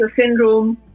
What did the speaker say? syndrome